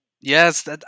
Yes